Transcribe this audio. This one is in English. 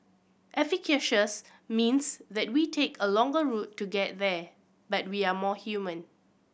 efficacious means that we take a longer route to get there but we are more human